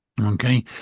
Okay